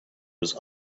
was